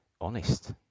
honest